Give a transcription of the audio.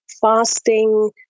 fasting